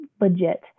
legit